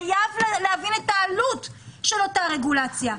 חייבים להבין את העלות של אותה רגולציה,